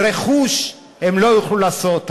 בגלל שאם אין להם רכוש, הם לא יוכלו לעשות זאת.